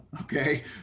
okay